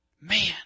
Man